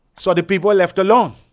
so the people are left alone,